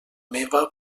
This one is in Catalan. meva